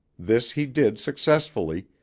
this he did successfully,